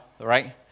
right